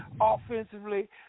offensively